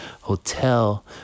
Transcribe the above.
hotel